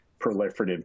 proliferative